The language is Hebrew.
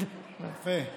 כבוד